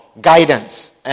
guidance